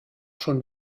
schon